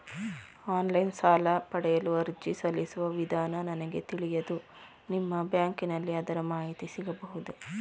Online ಸಾಲ ಪಡೆಯಲು ಅರ್ಜಿ ಸಲ್ಲಿಸುವ ವಿಧಾನ ನನಗೆ ತಿಳಿಯದು ನಿಮ್ಮ ಬ್ಯಾಂಕಿನಲ್ಲಿ ಅದರ ಮಾಹಿತಿ ಸಿಗಬಹುದೇ?